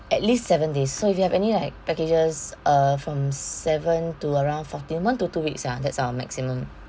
at least seven days so if you have any like packages uh from seven to around fourteen not to two weeks ah that's our maximum